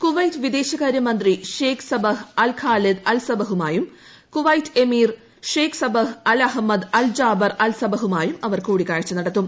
Kuwait വിദേശകാര്യ മന്ത്രി Sheikh Sabah al Khalid al സബഹുമായും Kuwait emir Sheikh Sabah al Ahmad al Jaber al സബഹുമായും അവർ കൂടിക്കാഴ്ച നടത്തും